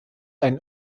ein